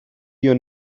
you